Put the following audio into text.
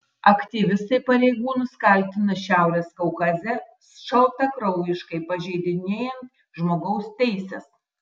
aktyvistai pareigūnus kaltina šiaurės kaukaze šaltakraujiškai pažeidinėjant žmogaus teises